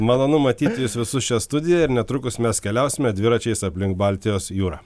malonu matyt jus visus čia studijoj ir netrukus mes keliausime dviračiais aplink baltijos jūrą